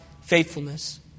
faithfulness